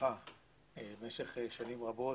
מהזנחה במשך שנים רבות.